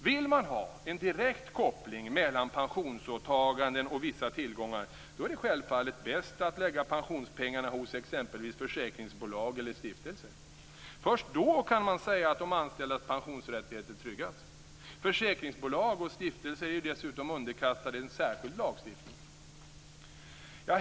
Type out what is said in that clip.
Vill man ha en direkt koppling mellan pensionsåtaganden och vissa tillgångar är det självfallet bäst att lägga pensionspengarna hos exempelvis försäkringsbolag eller stiftelser. Först då kan man säga att de anställdas pensionsrättigheter tryggas. Försäkringsbolag och stiftelser är ju dessutom underkastade en särskild lagstiftning.